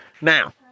Now